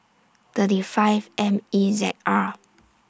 thirty five M E Z R